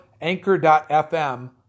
anchor.fm